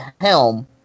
helm